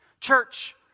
Church